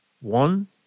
one